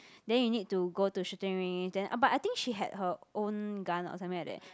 then you need to go to shooting range then but I think she had her own gun or something like that